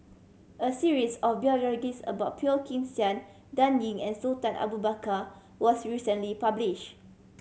a series of about Phua Kin Siang Dan Ying and Sultan Abu Bakar was recently published